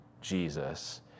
Jesus